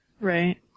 Right